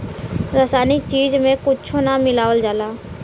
रासायनिक चीज में कुच्छो ना मिलावल जाला